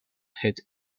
hit